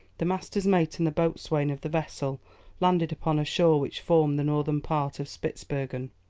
the master's mate and the boatswain of the vessel landed upon a shore which formed the northern part of spitzbergen.